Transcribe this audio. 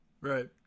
Right